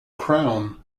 crown